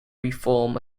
reform